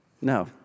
No